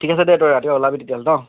ঠিক আছে দে তই ৰাতিপুৱা ওলাবি তেতিয়াহ'লে ন